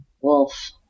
wolf